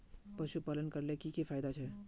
पशुपालन करले की की फायदा छे?